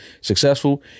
successful